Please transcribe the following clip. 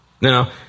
Now